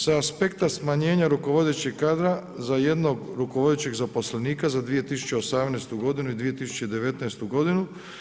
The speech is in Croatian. Sa aspekta smanjenja rukovodećeg kadra za jednog rukovodećeg zaposlenika za 2018. godinu i 2019. godinu.